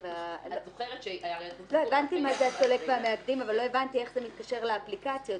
הבנתי מה זה הסולק והמאגדים אבל לא הבנתי איך זה מתקשר לאפליקציות.